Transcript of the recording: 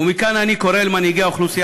ומכאן אני קורא למנהיגי האוכלוסייה